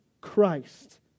Christ